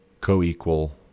co-equal